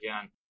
again